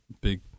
big